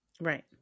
Right